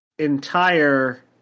entire